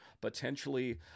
potentially